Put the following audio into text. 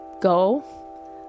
go